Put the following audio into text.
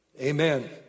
Amen